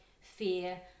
fear